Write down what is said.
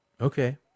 Okay